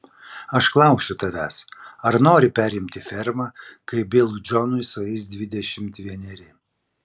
aš klausiu tavęs ar nori perimti fermą kai bilui džonui sueis dvidešimt vieneri